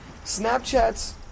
Snapchat's